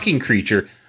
creature